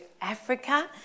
Africa